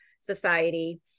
society